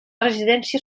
residència